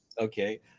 okay